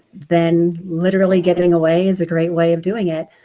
then literally getting away is a great way of doing it.